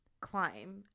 climb